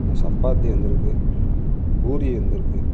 சப்பாத்தி வந்திருக்கு பூரி வந்திருக்கு